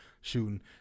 shooting